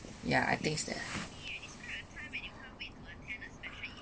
yeah I think is that